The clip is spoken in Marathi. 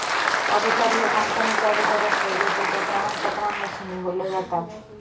ऑडिटर ह्यो कंपनीचो ऑडिटर असता जो त्याच्या प्रमाणपत्रांमधसुन निवडलो जाता